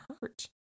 hurt